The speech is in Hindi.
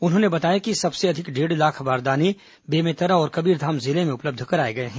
उन्होंने बताया कि सबसे अधिक डेढ़ लाख बारदाने बेमेतरा और कबीरधाम जिले में उपलब्ध कराए गए हैं